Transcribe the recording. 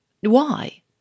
Why